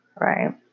right